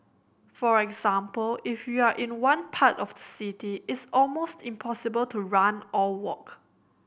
for example if you are in one part of the city it's almost impossible to run or walk